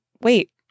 Wait